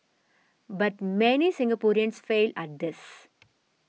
but many Singaporeans fail at this